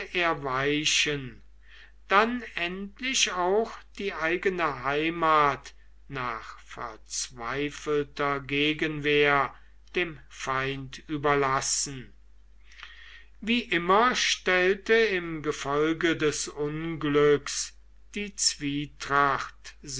er weichen dann endlich auch die eigene heimat nach verzweifelter gegenwehr dem feind überlassen wie immer stellte im gefolge des unglücks die zwietracht